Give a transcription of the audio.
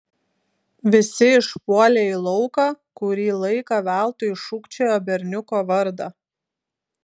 visi išpuolė į lauką kurį laiką veltui šūkčiojo berniuko vardą